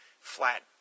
flat